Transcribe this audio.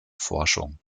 forschung